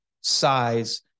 size